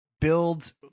build